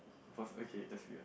both okay just wired